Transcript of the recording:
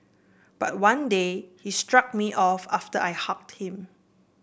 but one day he shrugged me off after I hugged him